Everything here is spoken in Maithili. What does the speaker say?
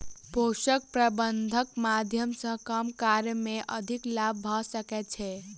पोषक प्रबंधनक माध्यम सॅ कम कार्य मे अधिक लाभ भ सकै छै